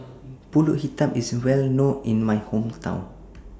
Pulut Hitam IS Well known in My Hometown